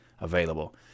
available